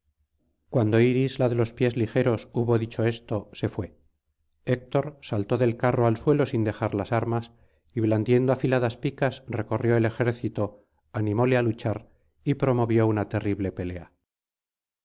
cuando iris la de los pies ligeros huho dicho esto se fué héctor saltó del carro al suelo sin dejar las armas y blandiendo afiladas picas recorrió el ejército animóle á luchar y promovió una terrible pelea